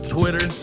Twitter